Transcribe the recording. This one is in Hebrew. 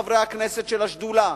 חברי הכנסת של השדולה,